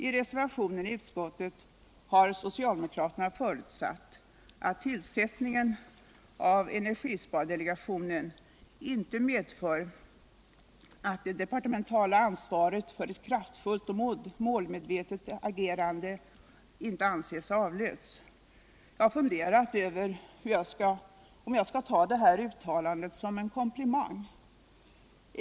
I reservationen I utskottet har socialdemokraterna förutsatt ati tillsättningen av energispardelegationen inte medför att ”det departemeniuda ansvaret för ett kraftfullt och målmedvetet agerande inte anses ha avlösts”. Jag har funderat över om - Nr 154 jag skall se detta uttalande som en komplimang.